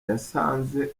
yasanze